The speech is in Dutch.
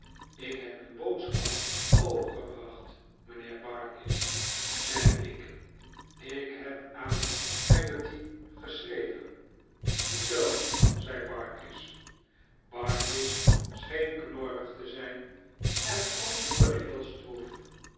ik heb uw boodschap overgebracht mijnheer barkis zei ik ik heb aan peggotty geschreven zoo zei barkis barkis scheen knorrig te zijn en antwoordde heel stroef